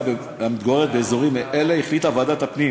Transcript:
המתגוררת באזורים אלה החליטה ועדת הפנים